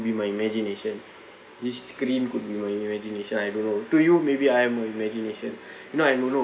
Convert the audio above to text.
be my imagination this screen could be my imagination I don't know to you maybe I'm a imagination you know I don't know